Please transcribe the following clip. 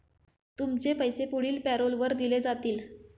तुमचे पैसे पुढील पॅरोलवर दिले जातील